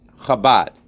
chabad